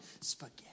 spaghetti